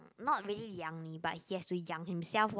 not really 养你 but he has to 养 himself what